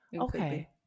Okay